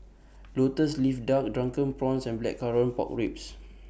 Lotus Leaf Duck Drunken Prawns and Blackcurrant Pork Ribs